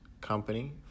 company